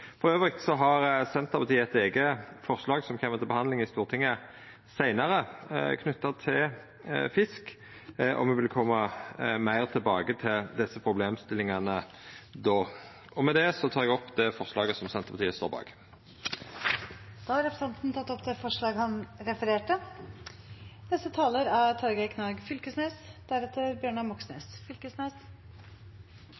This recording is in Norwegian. har Senterpartiet eit eige forslag som kjem til behandling i Stortinget seinare, knytt til fisk, og me vil koma meir tilbake til desse problemstillingane då. Med det tek eg opp det forslaget Senterpartiet er ein del av. Representanten Geir Pollestad har tatt opp det forslaget han refererte til. Kvotetrekk er